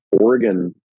Oregon